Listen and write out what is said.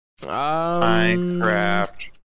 Minecraft